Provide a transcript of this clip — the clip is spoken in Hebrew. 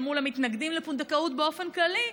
אל מול המתנגדים לפונדקאות באופן כללי,